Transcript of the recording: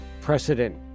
precedent